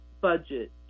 budget